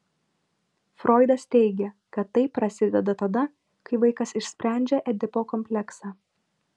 froidas teigė kad tai prasideda tada kai vaikas išsprendžia edipo kompleksą